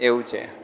એવું છે